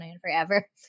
forever